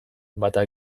bata